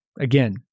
again